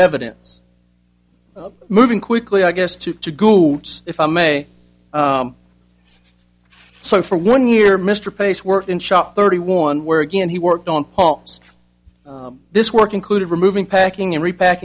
evidence moving quickly i guess two to go if i may so for one year mr pace worked in shop thirty one where again he worked on paul this work included removing packing and repack